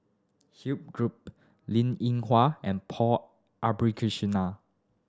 Linn In Hua and Paul Abisheganaden